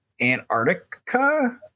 Antarctica